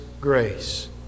grace